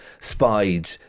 spied